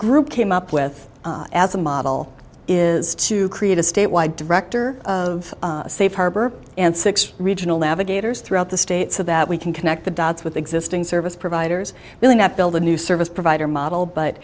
group came up with as a model is to create a statewide director of safe harbor and six regional navigators throughout the state so that we can connect the dots with existing service providers really not build a new service provider model but